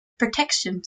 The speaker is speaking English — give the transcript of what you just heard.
protection